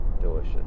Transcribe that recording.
delicious